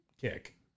kick